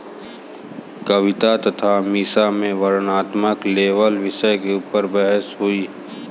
कविता तथा मीसा में वर्णनात्मक लेबल विषय के ऊपर बहस हुई